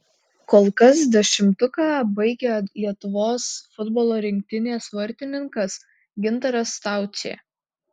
kol kas dešimtuką baigia lietuvos futbolo rinktinės vartininkas gintaras staučė